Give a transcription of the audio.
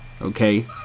Okay